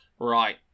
Right